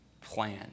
plan